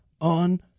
on